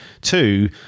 two